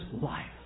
life